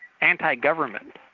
anti-government